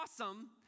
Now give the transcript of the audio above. awesome